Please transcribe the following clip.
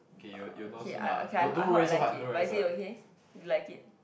uh okay I okay I I hope I like it but is it okay you like it